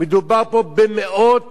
מדובר פה במאות